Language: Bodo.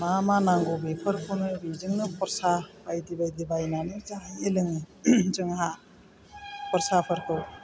मा मा नांगौ बेफोरखौनो बेजोंनो खरसा बायदि बायदि बायनानै जायो लोङो जोंहा खरसा फोरखौ